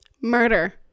Murder